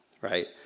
right